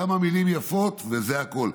כמה מילים יפות וזה הכול,